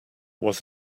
was